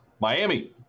Miami